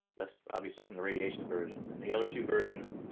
that's obviously from the radiation version. and the other two versions,